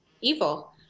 evil